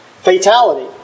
fatality